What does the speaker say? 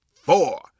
four